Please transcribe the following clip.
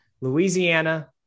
Louisiana